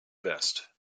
vest